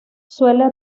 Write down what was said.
suele